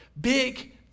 Big